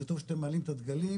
זה טוב שאתם מעלים את הדגלים,